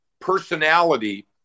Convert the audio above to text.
personality